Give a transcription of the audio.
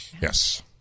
Yes